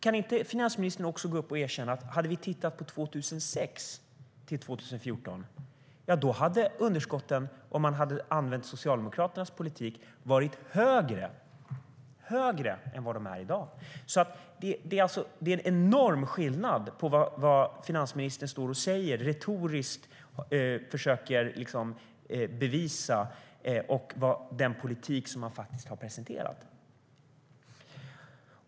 Kan inte finansministern också gå upp och erkänna att om vi hade tittat på 2006-2014 hade underskotten, om man hade använt Socialdemokraternas politik, varit högre än vad de är i dag? Det är en enorm skillnad mellan vad finansministern står och säger och retoriskt försöker bevisa och den politik som man faktiskt har presenterat.